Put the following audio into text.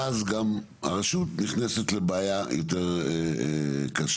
שאז, גם הרשות נכנסת לבעיה יותר קשה.